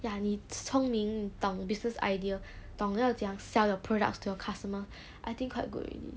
ya 你聪明懂 business idea 懂要怎样 sell your products to your customer I think quite good already